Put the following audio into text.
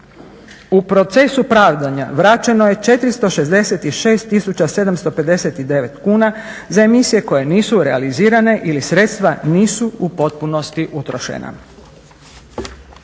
U procesu pravdanja vraćeno je 466 tisuća 759 kuna za emisije koje nisu realizirane ili sredstva nisu u potpunosti utrošena.